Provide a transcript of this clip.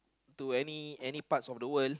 to any any parts of the world